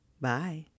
Bye